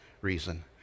reason